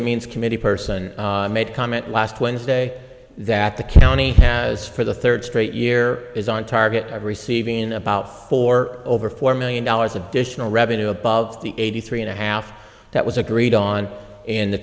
and means committee person made a comment last wednesday that the county has for the third straight year is on target of receiving about for over four million dollars additional revenue above the eighty three and a half that was agreed on in the